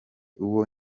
uwo